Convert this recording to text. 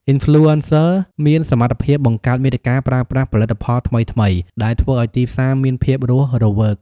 អុីនផ្លូអេនសឹ មានសមត្ថភាពបង្កើតមាតិការប្រើប្រាស់ផលិតផលថ្មីៗ ដែលធ្វើឲ្យទីផ្សារមានភាពរស់រវើក។